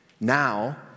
Now